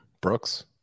Brooks